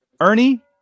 Ernie